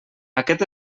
aquest